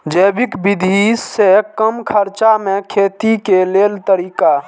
जैविक विधि से कम खर्चा में खेती के लेल तरीका?